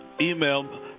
email